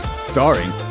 starring